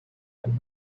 and